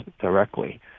directly